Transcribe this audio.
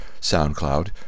SoundCloud